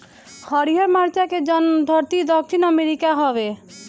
हरिहर मरचा के जनमधरती दक्षिण अमेरिका हवे